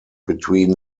between